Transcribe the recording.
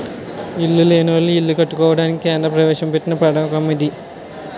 ఇల్లు లేనోళ్లు ఇల్లు కట్టుకోవడానికి కేంద్ర ప్రవేశపెట్టిన పధకమటిది